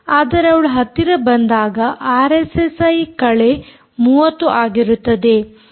ಆದರೆ ಅವಳು ಹತ್ತಿರ ಬಂದಾಗ ಆರ್ಎಸ್ಎಸ್ಐ ಕಳೆ 30 ಆಗಿರುತ್ತದೆ